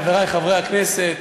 חברי חברי הכנסת,